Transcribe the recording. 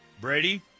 Brady